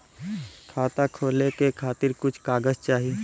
खाता खोले के खातिर कुछ कागज चाही?